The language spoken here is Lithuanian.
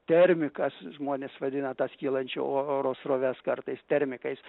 termikas žmonės vadina tas kylančio o oro sroves kartais termikais